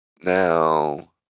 Now